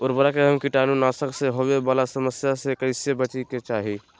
उर्वरक एवं कीटाणु नाशक से होवे वाला समस्या से कैसै बची के चाहि?